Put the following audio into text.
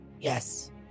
Yes